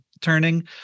turning